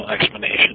explanation